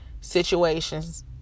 situations